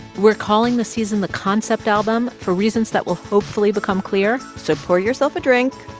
we're calling this season the concept album for reasons that will hopefully become clear so pour yourself a drink.